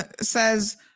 says